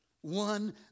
One